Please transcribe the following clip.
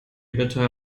bitte